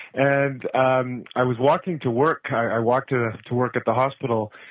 and um i was walking to work, i walked to ah to work at the hospital,